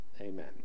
amen